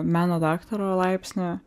meno daktaro laipsnį